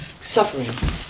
suffering